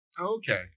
Okay